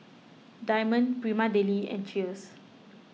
Diamond Prima Deli and Cheers